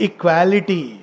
Equality